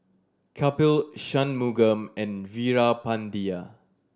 Kapil Shunmugam and Veerapandiya